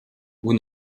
vous